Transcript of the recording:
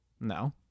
No